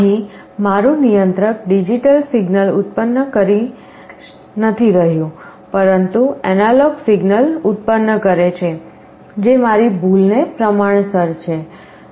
અહીં મારું નિયંત્રક ડિજિટલ સિગ્નલ ઉત્પન્ન નથી કરી રહ્યું પરંતુ એનાલોગ સિગ્નલ ઉત્પન્ન કરે છે જે મારી ભૂલને પ્રમાણસર છે